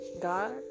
God